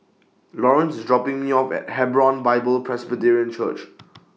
Laurence IS dropping Me off At Hebron Bible Presbyterian Church